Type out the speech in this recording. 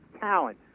talent